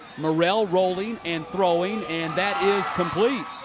morrell roll i mean and throwing, and that is complete.